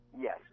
yes